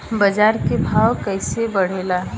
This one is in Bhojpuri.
बाजार के भाव कैसे बढ़े ला?